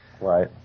Right